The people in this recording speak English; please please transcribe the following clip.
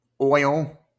oil